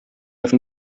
have